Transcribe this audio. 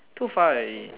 too far already